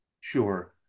Sure